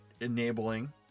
enabling